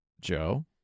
Joe